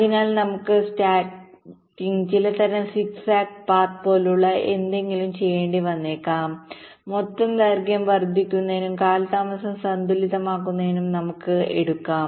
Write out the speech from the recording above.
അതിനാൽ നമുക്ക് സ്നാക്കിംഗ് ചിലതരം സിഗ് സാഗ് പാത്ത് പോലുള്ള എന്തെങ്കിലും ചെയ്യേണ്ടി വന്നേക്കാം മൊത്തം ദൈർഘ്യം വർദ്ധിക്കുന്നതിനും കാലതാമസം സന്തുലിതമാകുന്നതിനും നമുക്ക് എടുക്കാം